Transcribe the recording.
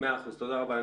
תודה רבה.